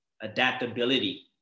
Adaptability